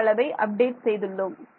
நேர அளவை அப்டேட் செய்துள்ளோம்